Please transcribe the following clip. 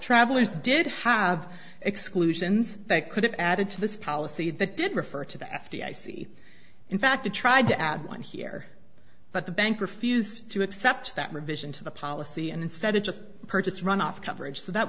travellers did have exclusions they could have added to this policy that did refer to the f d i c in fact they tried to add one here but the bank refused to accept that revision to the policy and instead of just purchase runoff coverage that